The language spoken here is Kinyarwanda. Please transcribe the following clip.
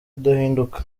idahinduka